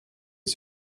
als